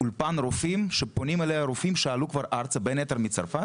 פונים אליה רופאים שעלו כבר ארצה בין היתר מצרפת